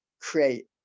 create